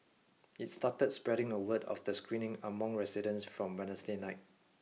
it started spreading the word of the screening among residents from Wednesday night